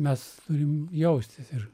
mes turim jaustis ir